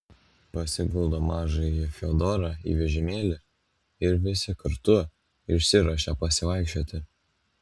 pasiguldo mažąjį fiodorą į vežimėlį ir visi kartu išsiruošia pasivaikščioti